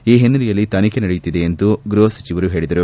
ಈ ಹಿನ್ನೆಲೆಯಲ್ಲಿ ತನಿಖೆ ನಡೆಯುತ್ತಿದೆ ಎಂದು ಗೃಹ ಸಚಿವರು ತಿಳಿಸಿದರು